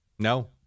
No